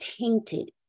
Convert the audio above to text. tainted